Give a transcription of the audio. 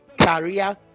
career